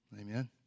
Amen